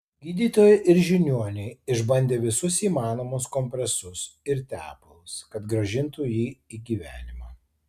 gydytojai ir žiniuoniai išbandė visus įmanomus kompresus ir tepalus kad grąžintų jį į gyvenimą